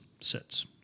sits